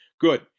Good